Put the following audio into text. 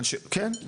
כן.